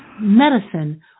medicine